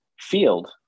field